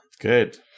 Good